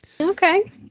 Okay